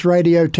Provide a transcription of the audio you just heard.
Radio